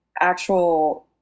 Actual